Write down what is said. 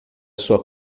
sua